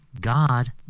God